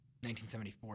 1974